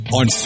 on